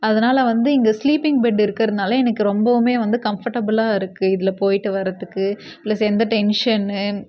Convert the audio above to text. அதனால் வந்து இங்கே ஸ்லீப்பிங் பெட்டு இருக்கறதுனால் எனக்கு ரொம்பவுமே வந்து கம்ஃபர்ட்டபிளாக இருக்குது இதில் போயிட்டு வர்றதுக்கு ப்ளஸ் எந்த டென்ஷனு